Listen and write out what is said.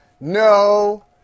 No